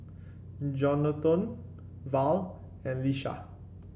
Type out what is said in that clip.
Jonathon Val and Lisha